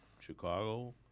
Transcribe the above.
Chicago